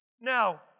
Now